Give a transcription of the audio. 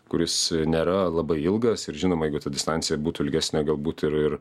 kuris nėra labai ilgas ir žinoma jeigu ta distancija būtų ilgesnė galbūt ir ir